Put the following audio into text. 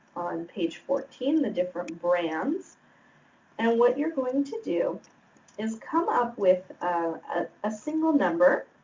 on page fourteen, the different brands and what you're going to do is come up with a ah single number